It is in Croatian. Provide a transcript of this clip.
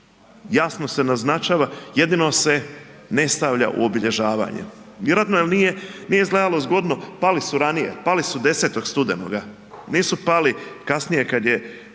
jasno će naznačava jedino se ne stavlja u obilježavanje, vjerojatno jer nije izgledao zgodno, pali su ranije, pali su 10. studenoga, nisu pali kasnije kad je